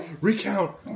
Recount